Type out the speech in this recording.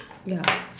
ya